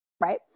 right